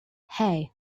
hey